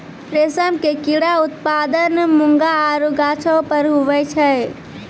रेशम के कीड़ा उत्पादन मूंगा आरु गाछौ पर हुवै छै